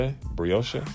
Brioche